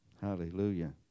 Hallelujah